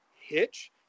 hitch